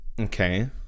Okay